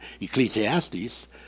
Ecclesiastes